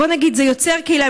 זה יוצר קהילה.